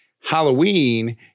Halloween